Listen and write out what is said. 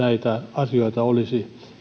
asioita ei olisi